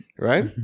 right